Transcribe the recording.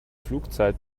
flugzeit